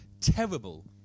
terrible